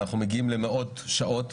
אנחנו מגעים למאות שעות.